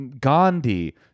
Gandhi